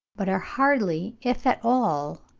but are hardly, if at all,